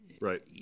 right